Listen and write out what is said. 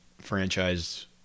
franchise